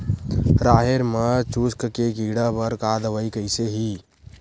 राहेर म चुस्क के कीड़ा बर का दवाई कइसे ही?